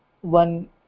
one